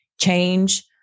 change